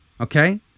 okay